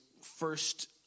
first